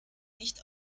nicht